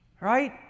Right